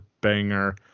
banger